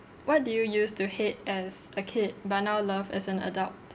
what did you use to hate as a kid but now love as an adult